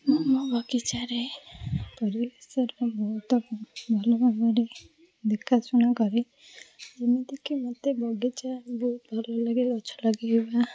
ମୁଁ ମୋ ବଗିଚାରେ ପରିବା ଚାଷର ବହୁତ ଭଲ ଭାବରେ ଦେଖାଶୁଣା କରେ ଯେମିତିକି ମୋତେ ବଗିଚାରେ ବହୁତ ଭଲଲାଗେ ଗଛ ଲଗେଇବା